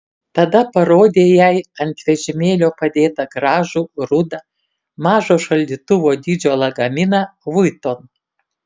tada parodė jai ant vežimėlio padėtą gražų rudą mažo šaldytuvo dydžio lagaminą vuitton